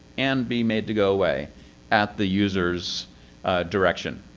and be made to go away at the user's direction.